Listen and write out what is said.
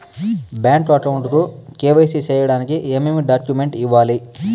Bank account కు KYC సేయడానికి ఏమేమి డాక్యుమెంట్ ఇవ్వాలి?